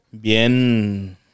Bien